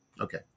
Okay